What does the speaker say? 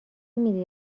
میدی